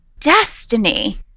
destiny